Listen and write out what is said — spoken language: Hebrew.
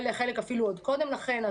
חלקם אפילו עוד קודם לכן.